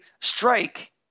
strike